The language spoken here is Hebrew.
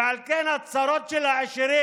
ועל כן הצרות של העשירים